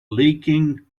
leaking